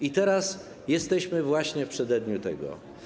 I teraz jesteśmy właśnie w przededniu tego.